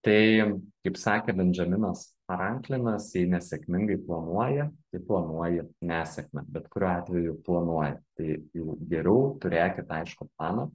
tai kaip sakė bendžaminas faranklinas jei nesėkmingai planuoji tai planuoji nesėkmę bet kuriuo atveju planuoji tai jau geriau turėkit aiškų planą